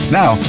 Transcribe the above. now